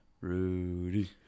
Rudy